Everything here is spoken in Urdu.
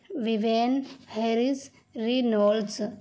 ووین ہیرس رینولڈس